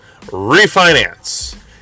Refinance